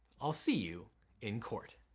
i'll see you in court.